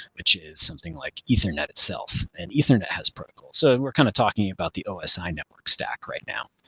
which is something like ethernet itself and ethernet has protocol. so and we're kind of talking about the osi network stack right now.